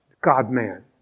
God-man